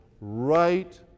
right